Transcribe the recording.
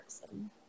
person